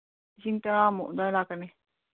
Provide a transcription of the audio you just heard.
ꯂꯤꯁꯤꯡ ꯇꯔꯥꯃꯨꯛ ꯑꯗ꯭ꯋꯥꯏ ꯂꯥꯛꯀꯅꯤ